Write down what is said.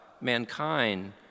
mankind